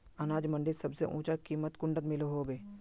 अनाज मंडीत सबसे ऊँचा कीमत कुंडा मिलोहो होबे?